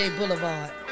Boulevard